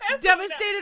Devastated